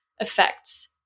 effects